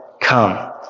come